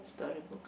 storybooks